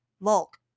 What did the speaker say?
Volk